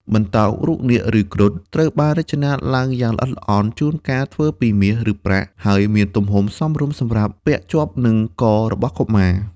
បន្តោងរូបនាគ ឬគ្រុឌ ត្រូវបានរចនាឡើងយ៉ាងល្អិតល្អន់ ជួនកាលធ្វើពីមាស ឬប្រាក់ ហើយមានទំហំសមរម្យសម្រាប់ពាក់ជាប់នឹងខ្សែករបស់កុមារ។